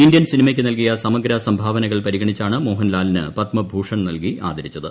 Indian സിനിമയ്ക്ക് നൽകിയ സമഗ്ര സംഭാവനകൾ പ്രിഗണിച്ചാണ് മോഹൻലാലിന് പത്മഭൂഷൺ നൽകി ആദരിച്ചത്